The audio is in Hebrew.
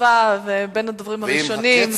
חשובה והיא בין הדוברים הראשונים.